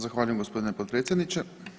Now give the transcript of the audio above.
Zahvaljujem gospodine potpredsjedniče.